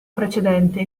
precedente